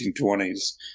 1920s